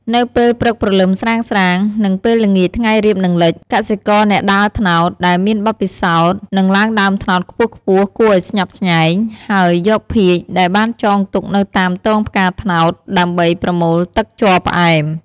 នៅពេលព្រឹកព្រលឹមស្រាងៗ និងពេលល្ងាចថ្ងៃរៀបនឹងលេច កសិករអ្នកដើរត្នោតដែលមានបទពិសោធន៍នឹងឡើងដើមត្នោតខ្ពស់ៗគួរឲ្យស្ញប់ស្ញែង ហើយយកភាជន៍ដែលបានចងទុកនៅតាមទងផ្កាត្នោតដើម្បីប្រមូលទឹកជ័រផ្អែម។